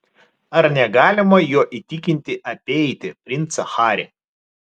ar negalima jo įtikinti apeiti princą harį